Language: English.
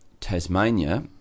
Tasmania